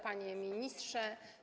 Panie Ministrze!